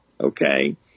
Okay